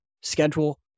schedule